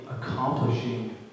accomplishing